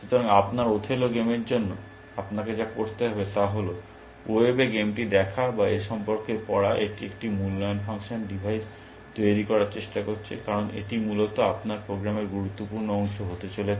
সুতরাং আপনার ওথেলো গেমের জন্য আপনাকে যা করতে হবে তা হল ওয়েবে গেমটি দেখা বা এ সম্পর্কে পড়া এটি একটি মূল্যায়ন ফাংশন ডিভাইস তৈরী করার চেষ্টা করছে কারণ এটি মূলত আপনার প্রোগ্রামের গুরুত্বপূর্ণ অংশ হতে চলেছে